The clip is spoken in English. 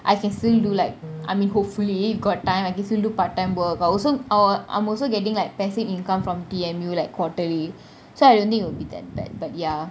I can still do like I mean hopefully got time I can still do part time work but also our I'm also getting like passive income from T_M_U like quarterly so I don't think will be that bad but ya